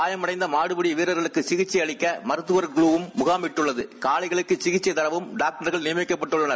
காயம் அடைந்த மாடுபிடி வீரர்களுக்கு சிகிச்சை அளிக்க மருத்துவர் குழு முகாமிட்டுள்ளது காளைகளுக்கு சிகிச்சை தரவும் டாக்டர்கள் நியமிக்கட்பட்டுள்ளனர்